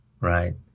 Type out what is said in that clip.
right